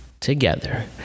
Together